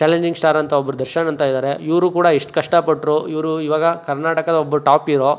challenging star ಅಂತ ಒಬ್ರು ದರ್ಶನ್ ಅಂತ ಇದ್ದಾರೆ ಇವರು ಕೂಡ ಎಷ್ಟು ಕಷ್ಟಪಟ್ರು ಇವರು ಇವಾಗ ಕರ್ನಾಟಕದ ಒಬ್ಬ ಟಾಪ್ ಈರೋ